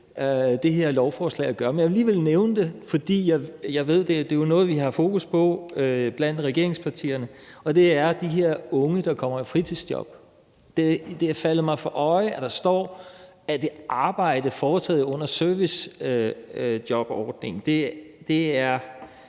det her lovforslag at gøre, men jeg vil alligevel nævne det, fordi jeg ved, det er noget, vi har fokus på blandt regeringspartierne, og det handler om de her unge, der kommer i fritidsjob. Jeg kan se, at der står, at for at udføre et arbejde foretaget under servicejobordningen skal